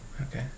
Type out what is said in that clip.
Okay